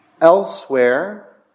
Elsewhere